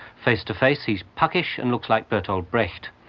face-to-face he's puckish and looks like bertholt brecht.